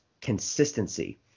consistency